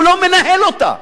הוא לא מנהל אותה.